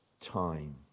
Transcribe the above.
time